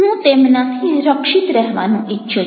હું તેમનાથી રક્ષિત રહેવાનું ઈચ્છું છું